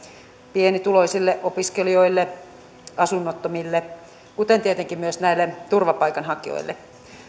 pienituloisille opiskelijoille asunnottomille kuten tietenkin myös näille turvapaikanhakijoille